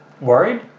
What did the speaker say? worried